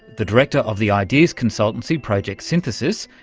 the director of the ideas consultancy, project synthesis,